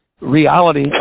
reality